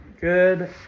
Good